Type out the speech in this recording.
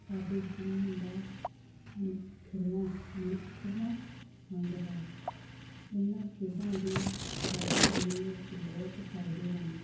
ਸਾਡੇ ਜੀਵਨ ਦਾ ਅਖਿੜਵਾਂ ਅਨਿੱਖੜਵਾਂ ਅੰਗ ਹੈ ਇਹਨਾਂ ਖੇਡਾਂ ਦੀ ਸਾਡੇ ਜੀਵਨ ਵਿੱਚ ਬਹੁਤ ਫ਼ਾਇਦੇ ਹਨ